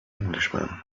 englishman